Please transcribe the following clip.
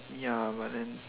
ya but then